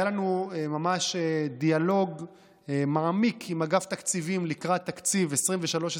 היה לנו ממש דיאלוג מעמיק עם אגף תקציבים לקראת תקציב 2024-2023,